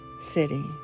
city